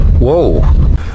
Whoa